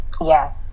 Yes